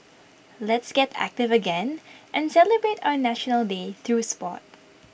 let's get active again and celebrate our National Day through Sport